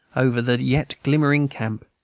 over the yet glimmering camp,